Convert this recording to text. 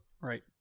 Right